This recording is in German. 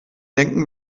denken